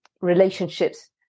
relationships